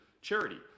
charity